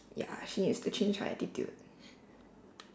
ya she needs to change her attitude